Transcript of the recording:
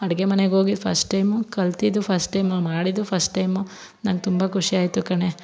ಅಡಿಗೆ ಮನೆಗೋಗಿದ್ದು first time ಕಲಿತದ್ದು ಫಸ್ಟ್ ಟೈಮು ಮಾಡಿದ್ದು ಫಸ್ಟ್ ಟೈಮು ನಂಗೆ ತುಂಬ ಖುಷಿಯಾಯ್ತು ಕಣೆ